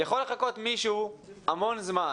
יכול לחכות מישהו המון זמן,